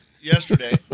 yesterday